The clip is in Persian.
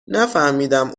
نمیفهمیدم